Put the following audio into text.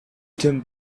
eaten